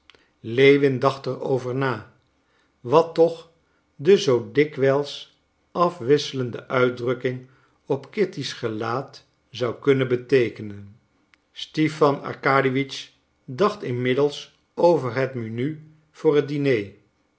dacht er over na wat toch de zoo dikwijls afwisselende uitdrukking op kitty's gelaat zou kunnen beteekenen stipan arkadiewitsch dacht inmiddels over het menu voor het diner